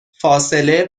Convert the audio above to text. فاصله